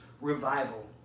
revival